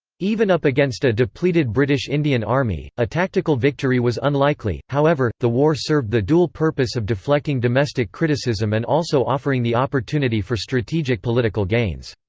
even up against a depleted british indian army, a tactical victory was unlikely however, the war served the dual purpose of deflecting domestic criticism and also offering the opportunity for strategic political gains.